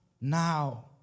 now